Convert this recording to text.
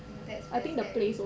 !wah! that's very scary